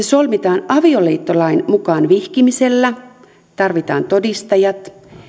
solmitaan avioliittolain mukaan vihkimisellä tarvitaan todistajat